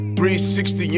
360